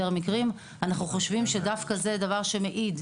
מקרים; אנחנו חושבים שזהו דבר שמעיד,